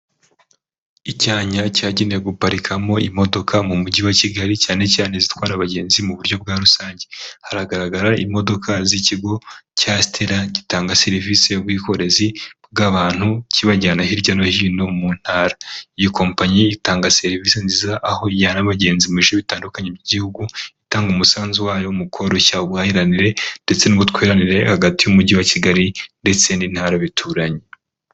Icyanya cyagenewe guparikamo imodoka mu mujyi wa Kigali cyane cyane zitwara abagenzi mu buryo bwa rusange, haragaragara imodoka z'icyigo cya Sitera, gitanga serivisi y'ubwikorezi bw'abantu, cyibajyana hirya no hino mu ntara, iyi kompanyi itanga serivisi nziza aho ijyana abagenzi mu bice bitandukanye by'igihugu, itanga umusanzu wayo mu koroshya ubuhahiranire ndetse n'ubutwereranire hagati y'umujyi wa Kigali ndetse n'intara bituranye.